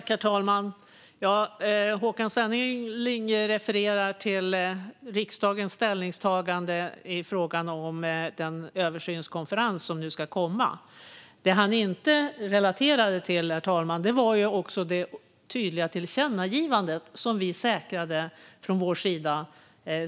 Herr talman! Håkan Svenneling refererar till riksdagens ställningstagande i frågan om den översynskonferens som nu ska komma. Det han inte relaterade till var det tydliga tillkännagivande som vi säkrade från vår sida.